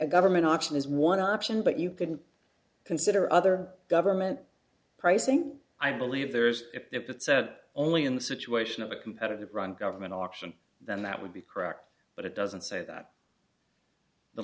government option is one option but you could consider other government pricing i believe there is if it said only in the situation of a competitive run government option then that would be correct but it doesn't say that the